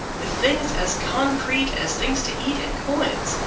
with things as concrete as things to eat and coins,